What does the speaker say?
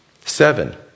Seven